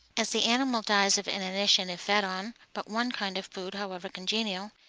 as the animal dies of inanition if fed on but one kind of food, however congenial,